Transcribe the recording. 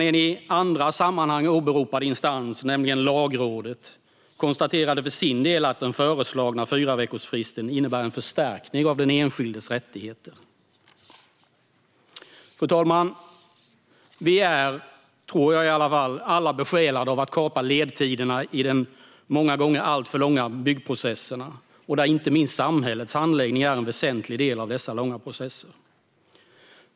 En i andra sammanhang åberopad instans, nämligen Lagrådet, konstaterade för sin del att den föreslagna fyraveckorsfristen innebär en förstärkning av den enskildes rättigheter. Fru talman! Vi är alla - tror jag i alla fall - besjälade av att kapa ledtiderna i de många gånger alltför långa byggprocesserna. Inte minst samhällets handläggning är en väsentlig del av dessa långa processer.